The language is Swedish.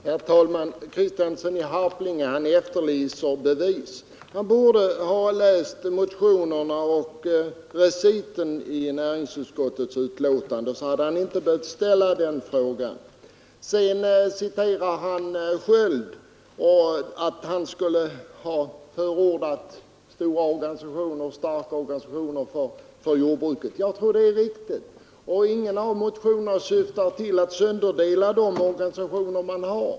Herr talman! Herr Kristiansson i Harplinge efterlyser bevis. Om han läst motionerna och reciten till näringsutskottets betänkande, hade han inte behövt ställa frågan. Herr Kristiansson sade vidare att Sköld skulle ha förordat stora och starka organisationer för jordbruket. Jag tror att det är riktigt, och ingen av motionerna syftar till att sönderdela de organisationer som finns.